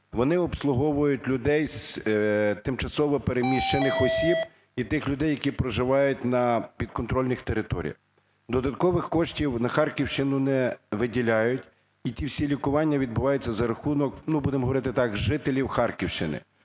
Вони обслуговують людей з тимчасово переміщених осіб і тих людей, які проживають на підконтрольних територіях. Додаткових коштів на Харківщину не виділяють, і ті всі лікування відбуваються за рахунок, будемо говорити так, жителів Харківщини.